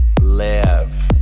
Live